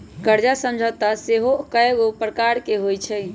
कर्जा समझौता सेहो कयगो प्रकार के होइ छइ